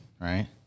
Right